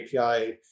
API